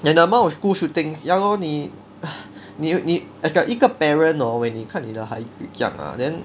and the amount of school shootings ya lor 你你你 as a 一个 parent hor when 你看你的孩子这样 ah then